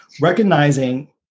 recognizing